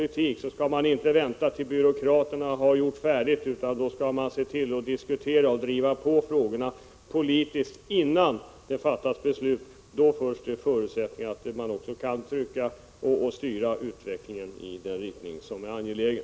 1986/87:113 = byråkraterna är färdiga med sitt arbete. I stället skall man diskutera dessa saker och driva på arbetet med dessa frågor politiskt innan beslut fattas. Först då finns det förutsättningar för att styra utvecklingen i den riktning som är angelägen.